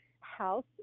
house